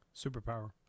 Superpower